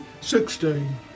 sixteen